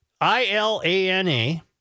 I-L-A-N-A